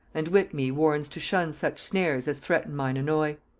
and wit me warns to shun such snares as threaten mine annoy.